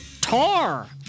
tar